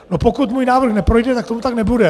A pokud můj návrh neprojde, tak tomu tak nebude.